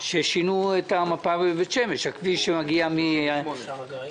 ששינו את המפה בבית שמש הכביש שמגיע משער